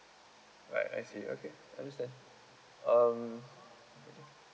right I see okay understand um okay